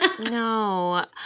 No